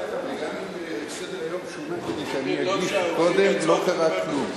גם אם סדר-היום שונה כדי שאני אגיש קודם לא קרה כלום.